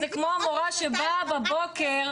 זה כמו המורה שבאה בבוקר